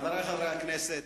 חברי חברי הכנסת,